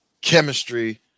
chemistry